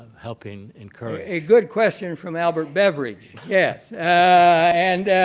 helping encourage. a good question from albert beverage. yes, and